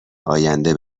آینده